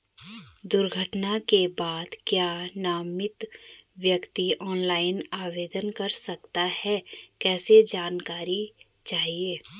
दुर्घटना के बाद क्या नामित व्यक्ति ऑनलाइन आवेदन कर सकता है कैसे जानकारी चाहिए?